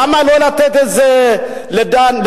למה לא לתת את זה לדן,